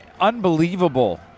unbelievable